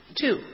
Two